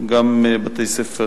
גם בתי-ספר